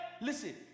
Listen